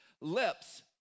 lips